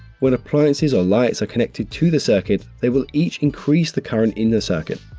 when appliances or lights are connected to the circuit they will each increase the current in the circuit.